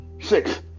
six